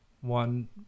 one